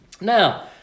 Now